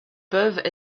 peuvent